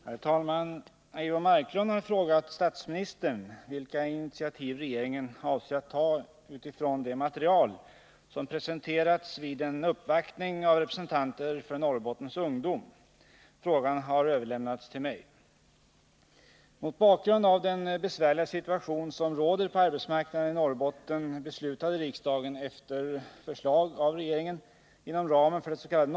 Herr talman! Eivor Marklund har frågat statsministern vilka initiativ regeringen avser att ta utifrån det material som presenterats vid en uppvaktning av representanter för Norrbottens ungdom. Frågan har överlämnats till mig. Mot bakgrund av den besvärliga situation som råder på arbetsmarknaden i Norrbotten beslutade riksdagen, efter förslag av regeringen, inom ramen för dets.k.